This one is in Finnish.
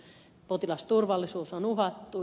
potilasturvallisuus on uhattu